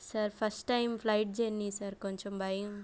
sir first time flight journey sir కొంచెం భయం